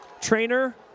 trainer